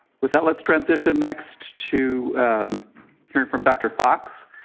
with that, let's transition next to hearing from dr. fox